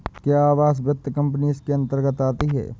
क्या आवास वित्त कंपनी इसके अन्तर्गत आती है?